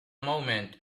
moment